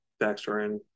backstory